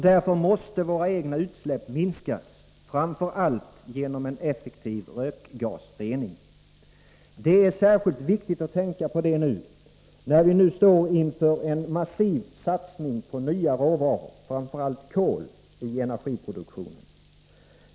Därför måste också våra egna utsläpp minskas, framför allt genom en effektiv rökgasrening. Det är särskilt viktigt att tänka på, när vi nu står inför en massiv satsning på nya råvaror — framför allt kol —i energiproduktionen.